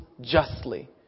justly